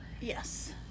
Yes